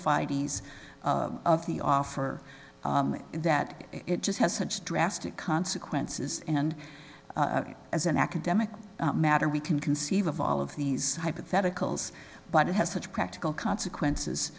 fide ease of the offer and that it just has such drastic consequences and as an academic matter we can conceive of all of these hypotheticals but it has such practical consequences